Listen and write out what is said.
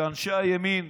שאנשי הימין,